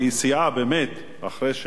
אחרי שחוקק וטופל,